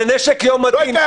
לנשק יום הדין,